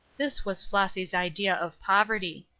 this was flossy's idea of poverty.